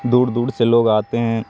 دور دور سے لوگ آتے ہیں